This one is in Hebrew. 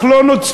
אך הם לא נוצלו.